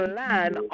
land